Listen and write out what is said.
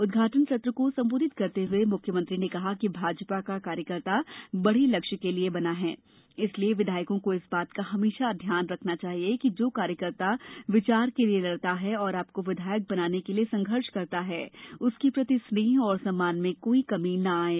उद्घाटन सत्र को संबोधित करते हुए म्ख्यमंत्री ने कहा कि भाजपा कार्यकर्ता बड़े लक्ष्य के लिए बना है इसलिए विधायकों को इस बात का हमेशा ध्यान रखना चाहिए कि जो कार्यकर्ता विचार के लिए लड़ता है और आपको विधायक बनाने के लिए संघर्ष करता है उसके प्रति स्नेह और सम्मान में कोई कमी न आये